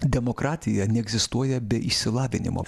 demokratija neegzistuoja be išsilavinimo